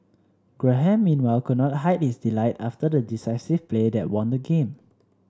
Graham meanwhile could not his delight after the decisive play that won the game